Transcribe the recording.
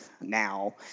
now